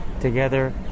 together